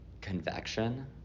convection